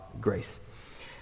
grace